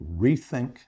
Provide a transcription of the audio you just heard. Rethink